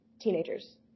teenagers